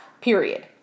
period